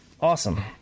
Awesome